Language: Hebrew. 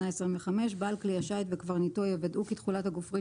הגופרית בכלי שיט רתוק בעל כלי השיט וקברניטו יוודאו כי תכולת הגופרית